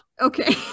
Okay